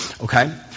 Okay